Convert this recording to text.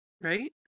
right